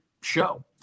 show